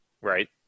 right